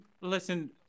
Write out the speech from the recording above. Listen